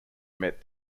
met